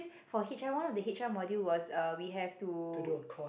for H_R one one of the H_R module was uh we have to